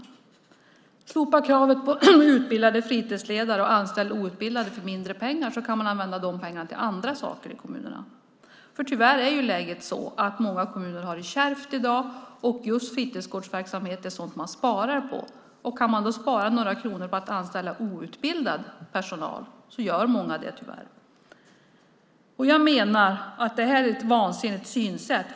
Man tycks mena: Slopa kravet på utbildade fritidsledare och anställ outbildade för mindre pengar, så kan man använda de pengarna till andra saker i kommunerna! Tyvärr är läget sådant att många kommuner har det kärvt i dag. Just fritidsgårdsverksamhet är sådant man sparar på. Kan man då spara några kronor på att anställa outbildad personal så gör många det, tyvärr. Jag menar att det här är ett vansinnigt synsätt.